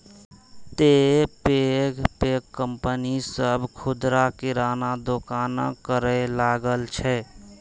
तें पैघ पैघ कंपनी सभ खुदरा किराना दोकानक करै लागल छै